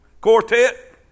Quartet